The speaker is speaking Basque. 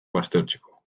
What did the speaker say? baztertzeko